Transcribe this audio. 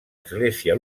església